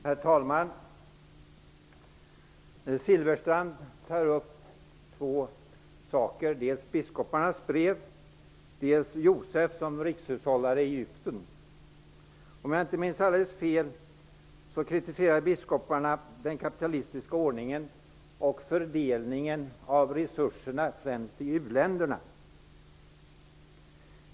Herr talman! Bengt Silfverstrand tar upp två saker: Om jag inte minns alldeles fel kritiserade biskoparna den kapitalistiska ordningen och fördelningen av resurserna främst i u-länderna.